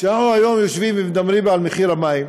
שאנחנו היום יושבים ומדברים על מחיר המים,